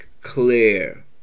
clear